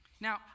Now